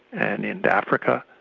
and in africa,